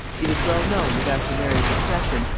it is well known that after mary's accession,